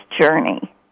journey